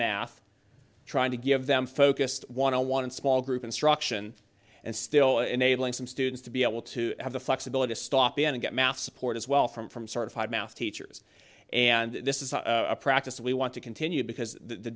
math trying to give them focused one on one in small group instruction and still enabling some students to be able to have the flexibility to stop and get math support as well from from certified math teachers and this is a practice we want to continue because the